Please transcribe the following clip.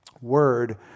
word